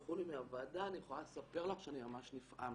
ששלחו לי מהוועדה אני יכולה לספר לך שאני ממש נפעמתי.